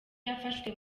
yafashwe